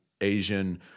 Asian